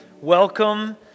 Welcome